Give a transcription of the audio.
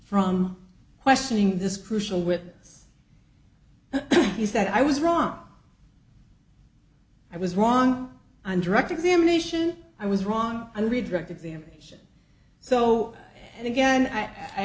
from questioning this crucial witness he said i was wrong i was wrong on direct examination i was wrong and redirect examination so again i i